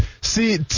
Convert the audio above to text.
See